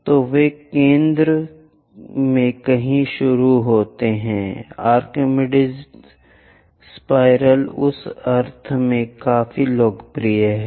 तो वे केंद्र में कहीं शुरू करते हैं आर्किमिडीज सर्पिल उस अर्थ में काफी लोकप्रिय हैं